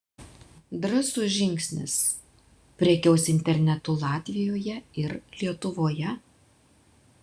drąsus žingsnis prekiaus internetu latvijoje ir lietuvoje